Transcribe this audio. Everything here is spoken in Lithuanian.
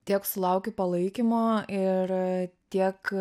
tiek sulaukiu palaikymo ir tiek